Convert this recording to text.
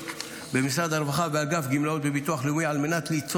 במשרד הרווחה ואגף גמלאות בביטוח הלאומי